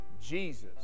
Jesus